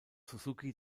suzuki